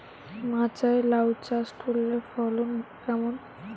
মাচায় লাউ চাষ করলে ফলন কেমন?